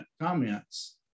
comments